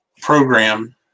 program